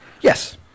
Yes